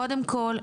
קודם כל,